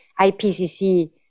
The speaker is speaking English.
IPCC